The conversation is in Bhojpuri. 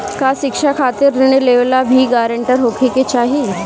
का शिक्षा खातिर ऋण लेवेला भी ग्रानटर होखे के चाही?